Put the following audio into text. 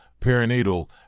perinatal